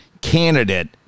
candidate